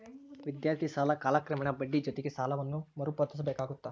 ವಿದ್ಯಾರ್ಥಿ ಸಾಲ ಕಾಲಕ್ರಮೇಣ ಬಡ್ಡಿ ಜೊತಿಗಿ ಸಾಲವನ್ನ ಮರುಪಾವತಿಸಬೇಕಾಗತ್ತ